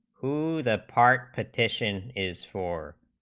who the part petition is four